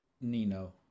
Nino